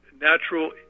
natural